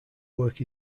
work